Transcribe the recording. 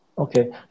Okay